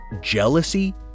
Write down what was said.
jealousy